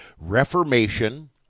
Reformation